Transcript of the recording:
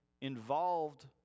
involved